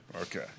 Okay